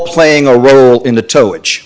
playing a role in the toe which